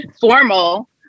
formal